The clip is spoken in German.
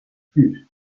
blüht